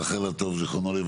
שאמרנו,